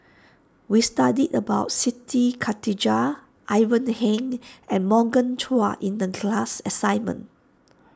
we studied about Siti Khalijah Ivan Heng and Morgan Chua in the class assignment